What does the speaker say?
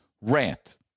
Rant